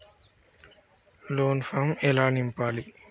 Loan form ఎలా నింపాలి?